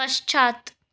पश्चात्